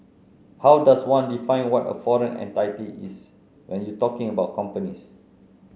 how does one define what a foreign entity is when you're talking about companies